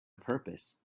purpose